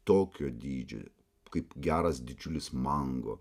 tokio dydžio kaip geras didžiulis mango